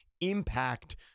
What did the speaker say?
impact